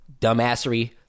dumbassery